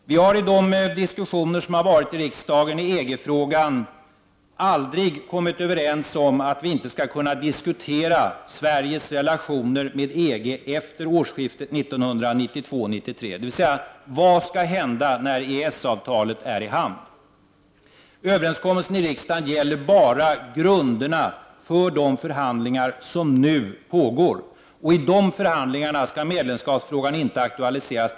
Vi har i de diskussioner som förts i riksdagen i EG-frågan aldrig kommit överens om att vi inte skall kunna diskutera Sveriges relationer med EG efter årsskiftet 1992—1993, alltså: Vad skall hända när EES-avtalet är i hamn? Överenskommelsen i riksdagen gäller bara grunderna för de förhandlingar som nu pågår. I de förhandlingarna skall medlemskapsfrågan inte aktualiseras.